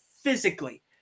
physically